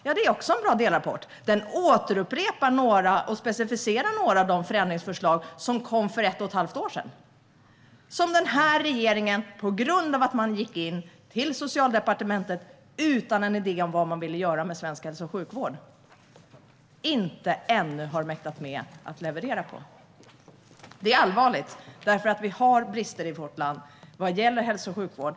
Ja, det är också en bra delrapport - den upprepar och specificerar några av de förändringsförslag som kom för ett och ett halvt år sedan och som denna regering, på grund av att man gick in på Socialdepartementet utan en idé om vad man ville göra med svensk hälso och sjukvård, ännu inte har mäktat med att leverera på. Det är allvarligt, för vi har brister i vårt land vad gäller hälso och sjukvård.